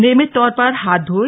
नियमित तौर पर हाथ धोये